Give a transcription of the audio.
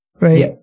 right